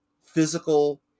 physical